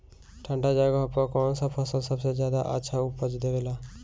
ठंढा जगह पर कौन सा फसल सबसे ज्यादा अच्छा उपज देवेला?